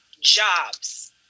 jobs